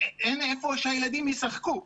אין איפה שהילדים ישחקו.